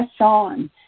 on